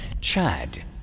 Chad